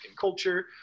culture